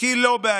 זאת לא בעיה,